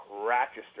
Rochester